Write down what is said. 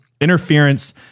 interference